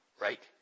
right